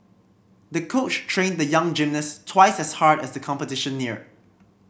the coach trained the young gymnast twice as hard as the competition neared